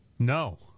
No